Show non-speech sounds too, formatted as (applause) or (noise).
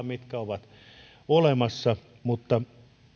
(unintelligible) mitkä ovat olemassa mutta